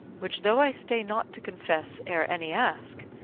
which though i stay not to confess ere any ask,